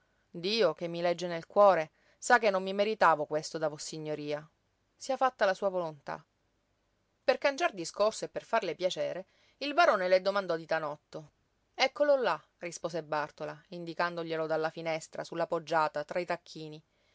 dio che mi legge nel cuore sa che non mi meritavo questo da vossignoria sia fatta la sua volontà per cangiar discorso e per farle piacere il barone le domandò di tanotto eccolo là rispose bàrtola indicandoglielo dalla finestra su la poggiata tra i tacchini